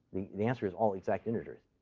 the answer is all exact integers.